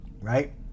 Right